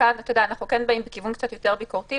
וכאן אנחנו באים בכיוון קצת יותר ביקורתי,